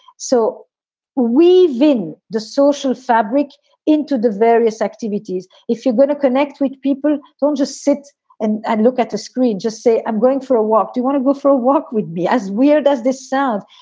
so we win the social fabric into the various activities. if you're going to connect with people, don't just sit and look at the screen. just say, i'm going for a walk. do you want to go for a walk with me? as weird as this sounds.